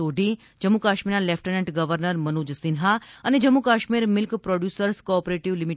સોઢી જમ્મુ કાશ્મીરના lieutenant governor Manoj Sinha અને Jammu Kashmir milk producers cooperative લિ